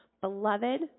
beloved